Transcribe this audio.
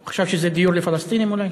הוא חשב שזה דיור לפלסטינים, אולי?